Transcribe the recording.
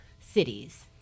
cities